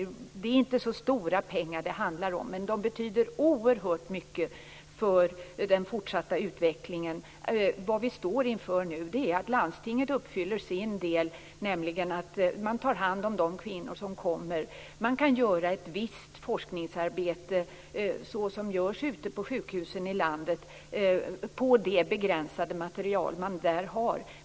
Det handlar inte om så stora pengar, men de betyder oerhört mycket för den fortsatta utvecklingen vi står inför nu. Landstinget uppfyller sin del, nämligen genom att ta hand om de kvinnor som kommer in. Ett visst forskningsarbete genomförs på sjukhusen i landet på det begränsade material som där finns.